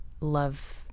love